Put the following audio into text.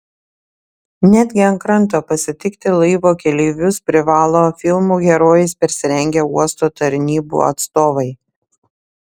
netgi ant kranto pasitikti laivo keleivius privalo filmų herojais persirengę uosto tarnybų atstovai